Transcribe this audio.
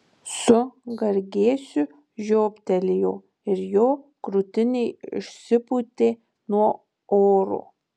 su gargėsiu žioptelėjo ir jo krūtinė išsipūtė nuo oro